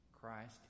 Christ